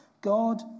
God